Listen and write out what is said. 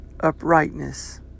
uprightness